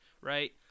right